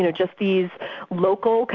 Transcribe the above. you know just these local,